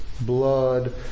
blood